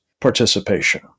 participation